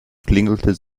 klingelte